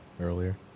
earlier